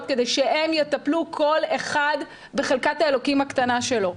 כדי שהם יטפלו כל אחד בחלקת האלוקים הקטנה שלו.